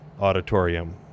Auditorium